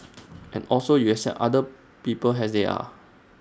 and also you accept other people as they are